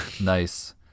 Nice